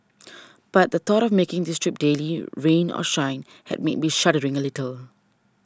but the thought of making this trip daily rain or shine had me be shuddering a little